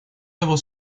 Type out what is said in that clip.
его